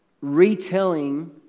retelling